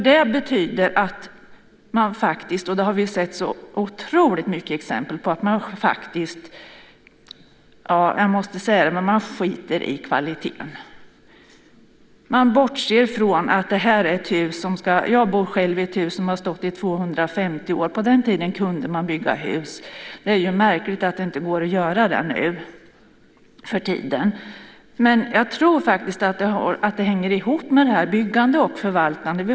Det betyder, det har vi sett otroligt många exempel på, att man faktiskt - jag måste säga det - skiter i kvaliteten. Jag bor själv i ett hus som har stått i 250 år. På den tiden kunde man bygga hus. Det är ju märkligt att det inte går att göra det nu för tiden. Jag tror faktiskt att det här med byggande och förvaltande hänger ihop.